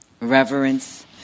Reverence